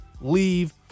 leave